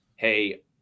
hey